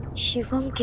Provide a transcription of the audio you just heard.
shivam.